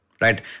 Right